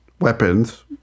weapons